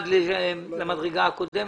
יוצמד למדרגה הקודמת.